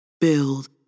Build